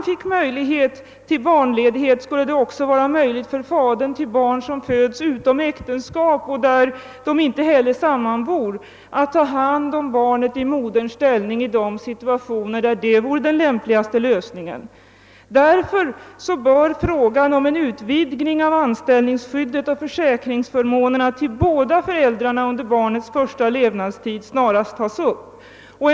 Fick mannen rätt till barnledighet skulle det också vara möjlighet för fadern till ett barn, som föds av föräldrar vilka inte sammanbor, att i moderns ställe ta hand om barnet ifall detta vore den lämpligaste lösningen. Därför bör frågan om en utvidgning av anställningsskyddet och = försäkringsförmånerna till båda föräldrarna under barnets första levnadsmånader tas upp snarast.